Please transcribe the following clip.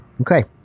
Okay